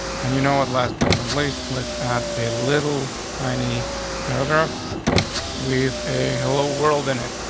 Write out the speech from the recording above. and you know what? last but not least, let's add a little tiny paragraph with a hello world in it.